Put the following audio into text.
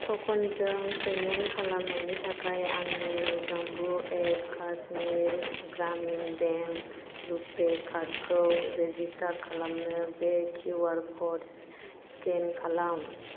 टकेनजों payment खालामनायनि थाखाय आंनि Jammu and Kashmir Grameen bank RuPay कार्डखौ रेजिस्टार खालामनो बे किउआर क'ड स्केन खालाम